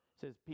says